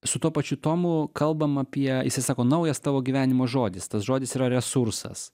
su tuo pačiu tomu kalbam apie isai sako naujas tavo gyvenimo žodis tas žodis yra resursas